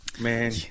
man